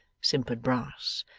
simpered brass,